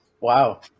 Wow